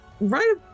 right